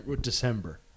December